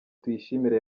tuyishimire